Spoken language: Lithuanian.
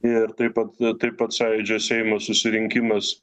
ir taip pat taip pat sąjūdžio seimo susirinkimas